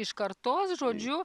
iš kartos žodžiu